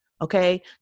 Okay